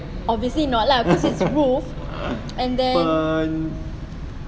obviously not lah because it's roof and then